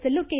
Sellur K